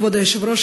כבוד היושב-ראש,